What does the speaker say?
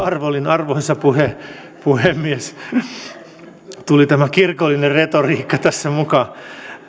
arvollinen arvoisa puhemies tuli tämä kirkollinen retoriikka tässä mukaan